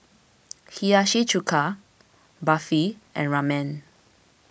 Hiyashi Chuka Barfi and Ramen